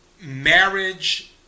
marriage